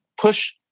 push